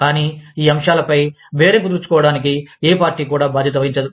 కానీ ఈ అంశాలపై బేరం కుదుర్చుకోవడానికి ఏ పార్టీ కూడా బాధ్యత వహించదు